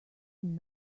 then